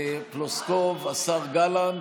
פלוסקוב, השר גלנט,